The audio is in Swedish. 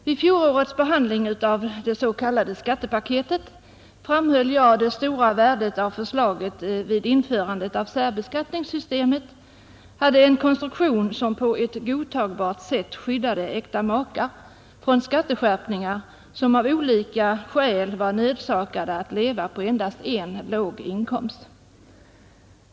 Vid fjolårets behandling av det s.k. skattepaketet framhöll jag det stora värdet av att förslaget vid införandet av särbeskattningssystemet hade en konstruktion som på ett godtagbart sätt skyddade äkta makar, som av olika skäl var nödsakade att leva på endast en låg inkomst, från skatteskärpningar.